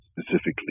specifically